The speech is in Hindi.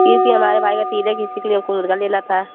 क्योंकि हमारे भाई का तिलक है इसी के लिए हमको मुर्गा लेना था